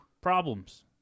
problems